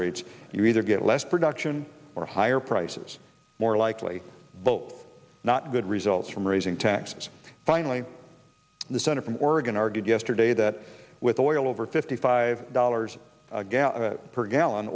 rates you either get less production or higher prices more likely vote not good results from raising taxes finally the center from oregon argued yesterday that with oil over fifty five dollars per gallon